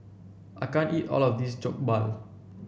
I can't eat all of this Jokbal